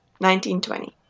1920